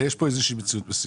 יש פה מציאות מסוימת.